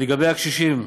לגבי הקשישים,